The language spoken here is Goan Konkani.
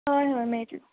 हय हय मेळटलें